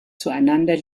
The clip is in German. zueinander